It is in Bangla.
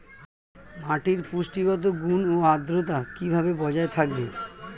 মাটির পুষ্টিগত গুণ ও আদ্রতা কিভাবে বজায় থাকবে?